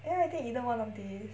then I think either one of these